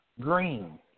Green